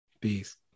peace